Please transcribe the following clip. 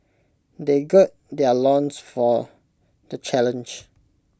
they gird their loins for the challenge